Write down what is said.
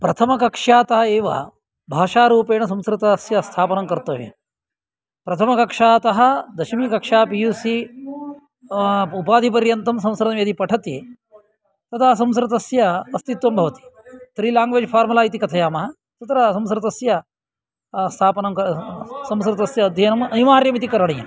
प्रथमकक्ष्यातः एव भाषारूपेण संस्कृतस्य स्थापनं कर्तव्यं प्रथमकक्ष्यातः दशमीकक्ष्या पी यू सी उपाधिपर्यन्तं संस्कृतं यदि पठति तदा संस्कृतस्य अस्तित्वं भवति त्रि लेङ्ग्वेज् फार्मुला इति कथयामः तत्र संस्कृतस्य स्थापनं संस्कृतस्य अध्ययनं अनिवार्यम् इति करणीयम्